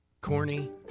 Corny